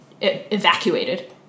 evacuated